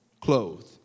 clothed